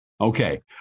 Okay